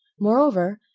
moreover,